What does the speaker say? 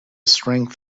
strength